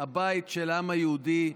הבית של העם היהודי,